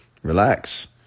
Relax